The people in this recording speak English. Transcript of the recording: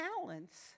talents